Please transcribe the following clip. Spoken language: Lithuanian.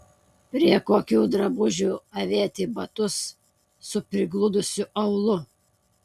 prie kokių drabužių avėti batus su prigludusiu aulu